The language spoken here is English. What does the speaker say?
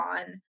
on